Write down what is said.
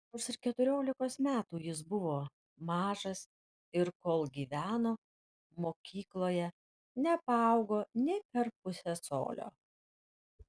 nors ir keturiolikos metų jis buvo mažas ir kol gyveno mokykloje nepaaugo nė per pusę colio